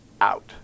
out